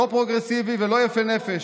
לא פרוגרסיבי ולא יפה נפש,